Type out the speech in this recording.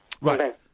Right